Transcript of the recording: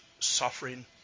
Suffering